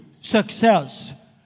success